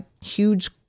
huge